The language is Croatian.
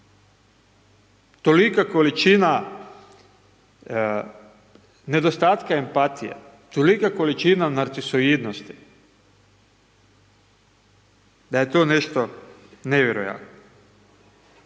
Tolika količina nedostatka empatije, tolika količina narcisoidnosti, da je to nešto nevjerojatno.